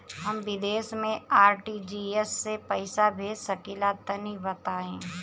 हम विदेस मे आर.टी.जी.एस से पईसा भेज सकिला तनि बताई?